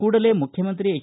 ಕೂಡಲೇ ಮುಖ್ಣಮಂತ್ರಿ ಎಚ್